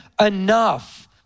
enough